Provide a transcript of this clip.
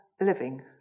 living